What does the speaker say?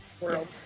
world